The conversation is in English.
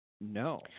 No